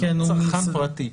הוא לא צרכן פרטי.